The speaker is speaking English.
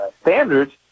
standards